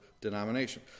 denomination